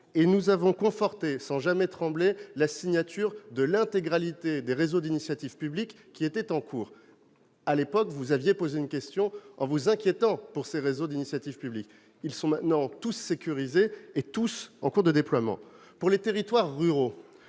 et nous avons conforté, sans jamais trembler, la signature de l'intégralité des réseaux d'initiative publique qui étaient en cours. À l'époque, vous aviez posé une question, vous inquiétant pour ces réseaux d'initiative publique. Ils sont maintenant tous sécurisés et en cours de déploiement. Pour les territoires ruraux,